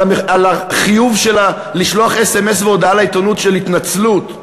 על החיוב לשלוח אס.אם.אס והודעה לעיתונות של התנצלות,